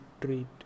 treat